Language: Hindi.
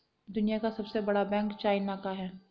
दुनिया का सबसे बड़ा बैंक चाइना का है